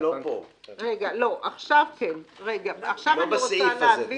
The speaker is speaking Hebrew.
עכשיו אני רוצה להבין